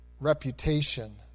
reputation